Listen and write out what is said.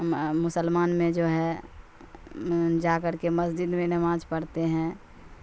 مسلمان میں جو ہے جا کر کے مسجد میں نماز پڑھتے ہیں